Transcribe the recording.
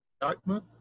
Dartmouth